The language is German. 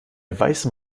weißem